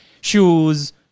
shoes